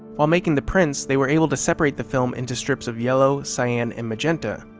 while making the prints, they were able to separate the film into strips of yellow, cyan, and magenta,